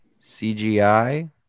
CGI